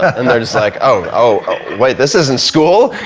and they're just like, oh wait, this isn't school,